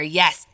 yes